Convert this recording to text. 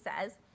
says